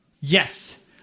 yes